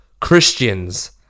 Christians